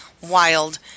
wild